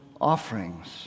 offerings